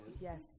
Yes